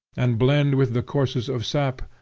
and blend with the courses of sap,